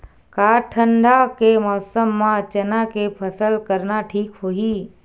का ठंडा के मौसम म चना के फसल करना ठीक होही?